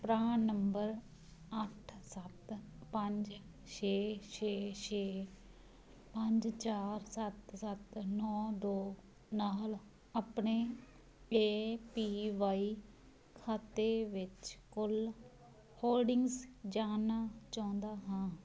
ਪਰਾਨ number ਅੱਠ ਸੱਤ ਪੰਜ ਛੇ ਛੇ ਛੇ ਪੰਜ ਚਾਰ ਸੱਤ ਸੱਤ ਨੌਂ ਦੋ ਨਾਲ ਆਪਣੇ ਏ ਪੀ ਵਾਈ ਖਾਤੇ ਵਿੱਚ ਕੁੱਲ ਹੋਲਡਿੰਗਜ਼ ਜਾਣਨਾ ਚਾਹੁੰਦਾ ਹਾਂ